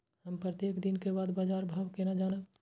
हम प्रत्येक दिन के बाद बाजार भाव केना जानब?